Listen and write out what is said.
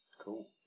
Cool